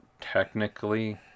technically